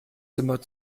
zimmer